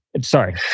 sorry